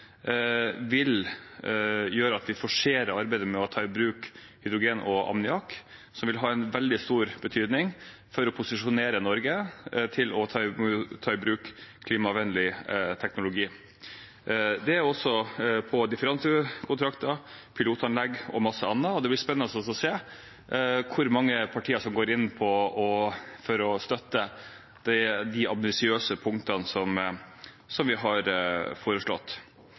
vil gjøre at vi forserer arbeidet med å ta i bruk hydrogen og ammoniakk, som vil ha en veldig stor betydning for å posisjonere Norge til å ta å ta i bruk klimavennlig teknologi. Det gjelder også differansekontrakter, pilotanlegg og masse annet, og det blir spennende å se hvor mange partier som går inn for å støtte de ambisiøse punktene som vi har foreslått.